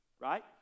right